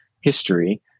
history